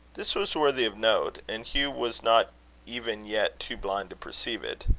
this was worthy of note, and hugh was not even yet too blind to perceive it.